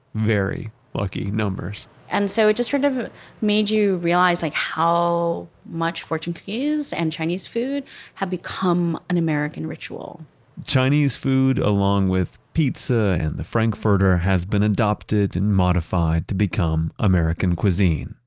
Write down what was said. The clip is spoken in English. very lucky numbers and so it just sort of made you realize like how much fortune cookies and chinese food have become an american ritual chinese food along with pizza and the frankfurter has been adopted and modified to become american cuisine,